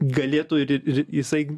galėtų ir ir jisai